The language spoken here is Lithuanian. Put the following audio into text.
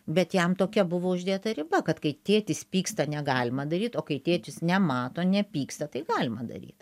bet jam tokia buvo uždėta riba kad kai tėtis pyksta negalima daryt o kai tėtis nemato nepyksta tai galima daryt